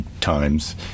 times